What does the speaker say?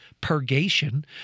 purgation